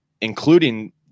including